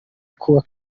kuva